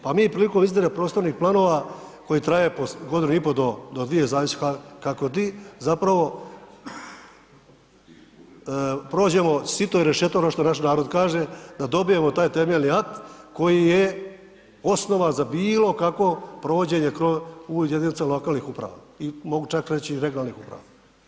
Pa mi prilikom izrade prostornih planova koji traje po godinu i pol do dvije zavisno kako gdje zapravo prođemo sito i rešeto ono što naš narod kaže da dobijemo taj temeljni akt koji je osnova za bilo kakvo provođenje u jedinicama lokalnih uprava i mogu čak reći regionalnih uprava.